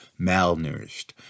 malnourished